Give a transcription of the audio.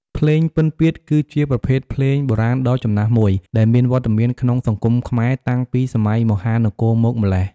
ភ្លេងពិណពាទ្យ គឺជាប្រភេទភ្លេងបុរាណដ៏ចំណាស់មួយ ដែលមានវត្តមានក្នុងសង្គមខ្មែរតាំងពីសម័យមហានគរមកម្ល៉េះ។